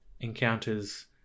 encounters